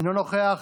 אינו נוכח,